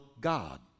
God